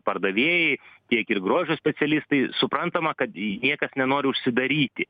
pardavėjai tiek ir grožio specialistai suprantama kad niekas nenori užsidaryti